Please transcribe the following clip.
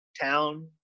town